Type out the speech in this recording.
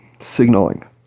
signaling